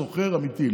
סוחר אמיתי.